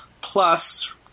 plus